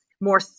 more